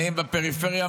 אני בפריפריה,